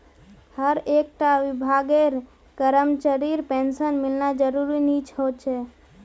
हर एक टा विभागेर करमचरीर पेंशन मिलना ज़रूरी नि होछे